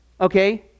okay